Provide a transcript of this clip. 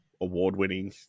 award-winning